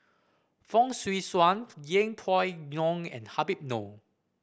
Fong Swee Suan Yeng Pway Ngon and Habib Noh